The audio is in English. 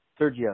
Sergio